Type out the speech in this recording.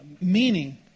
meaning